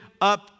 up